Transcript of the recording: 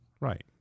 Right